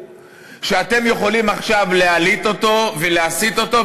שאתם יכולים עכשיו להלהיט אותו ולהסית אותו,